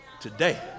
today